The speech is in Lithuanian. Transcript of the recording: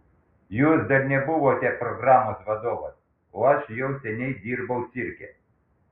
jūs dar nebuvote programos vadovas o aš jau seniai dirbau cirke